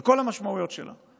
על כל המשמעויות שלה.